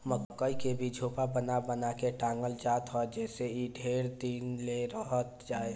मकई के भी झोपा बना बना के टांगल जात ह जेसे इ ढेर दिन ले रहत जाए